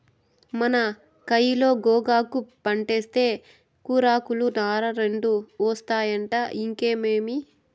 మన కయిలో గోగాకు పంటేస్తే కూరాకులు, నార రెండూ ఒస్తాయంటే ఇనుకోవేమి